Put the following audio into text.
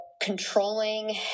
controlling